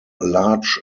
large